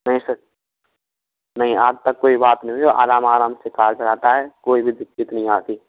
जी sir नहीं आज तक कोई बात नहीं हुई आराम आराम से कार चलाता है कोई भी दिक्कत नहीं आती